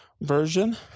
version